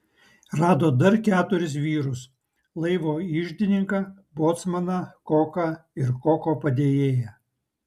rado dar keturis vyrus laivo iždininką bocmaną koką ir koko padėjėją